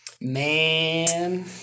Man